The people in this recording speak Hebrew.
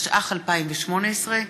התשע"ח 2018,